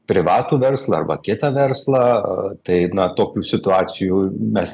privatų verslą arba kitą verslą tai na tokių situacijų mes